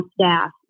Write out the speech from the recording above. staff